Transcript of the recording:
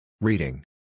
Reading